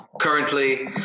currently